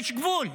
יש גבול,